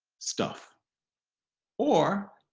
stuff or